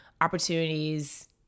opportunities